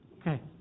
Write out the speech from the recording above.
Okay